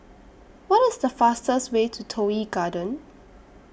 What IS The fastest Way to Toh Yi Garden